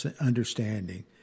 understanding